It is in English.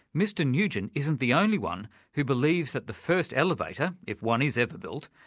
mr nugent isn't the only one who believes that the first elevator, if one is ever built,